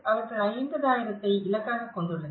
அவர்கள் 50000 ஐ இலக்காகக் கொண்டுள்ளனர்